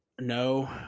No